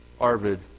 Arvid